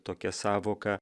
tokia sąvoka